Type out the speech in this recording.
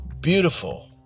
beautiful